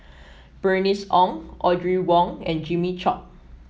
Bernice Ong Audrey Wong and Jimmy Chok